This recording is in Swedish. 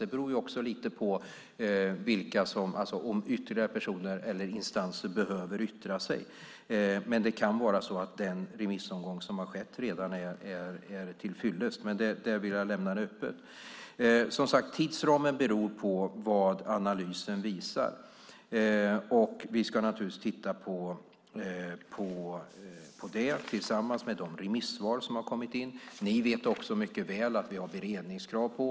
Det beror lite på om ytterligare personer eller instanser behöver yttra sig. Det kan vara så att den remissomgång som redan har skett är till fyllest. Det vill jag lämna öppet. Tidsramen beror på vad analysen visar. Vi ska titta på det tillsammans med de remissvar som har kommit in. Ni vet mycket väl att vi har beredningskrav.